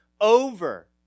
over